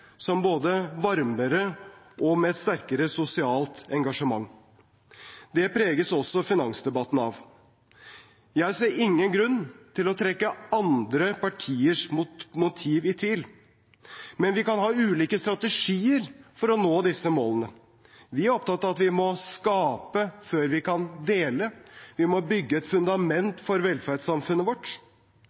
som både varmere og med et sterkere sosialt engasjement. Det preges også finansdebatten av. Jeg ser ingen grunn til å trekke andre partiers motiv i tvil, men vi kan ha ulike strategier for å nå disse målene. Vi er opptatt av at vi må skape før vi kan dele. Vi må bygge et fundament for velferdssamfunnet vårt.